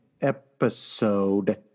episode